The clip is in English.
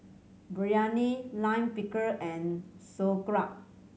Biryani Lime Pickle and Sauerkraut